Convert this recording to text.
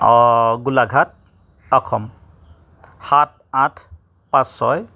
অঁ গোলাঘাট অসম সাত আঠ পাঁচ ছয়